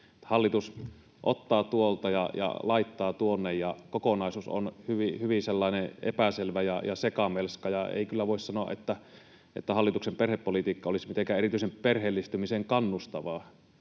Hallitus ottaa tuolta ja laittaa tuonne, ja kokonaisuus on hyvin epäselvä ja sekamelska. Ja ei kyllä voi sanoa, että hallituksen perhepolitiikka olisi mitenkään erityisesti perheellistymiseen kannustavaa,